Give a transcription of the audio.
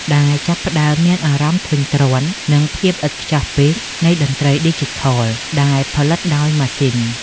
ដែលចាប់ផ្តើមមានអារម្មណ៍ធុញទ្រាន់នឹងភាពឥតខ្ចោះពេកនៃតន្ត្រីឌីជីថលដែលផលិតដោយម៉ាស៊ីន។